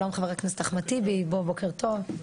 שלום חבר הכנסת אחמד טיבי, בוקר טוב.